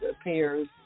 appears